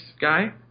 guy